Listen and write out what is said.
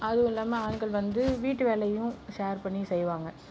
அதுவும் இல்லாமல் ஆண்கள் வந்து வீட்டு வேலையும் ஷேர் பண்ணி செய்வாங்க